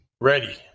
Ready